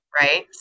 right